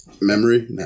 memory